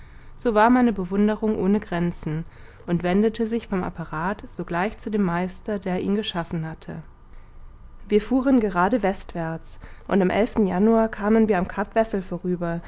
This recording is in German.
so war meine bewunderung ohne grenzen und wendete sich vom apparat sogleich zu dem meister der ihn geschaffen hatte wir fuhren gerade westwärts und am januar kamen wir am cap wessel vorüber